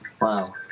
wow